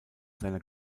seiner